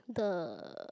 the